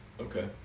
Okay